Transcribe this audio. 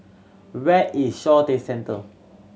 where is Shaw Centre